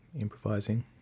improvising